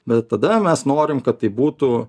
bet tada mes norim kad tai būtų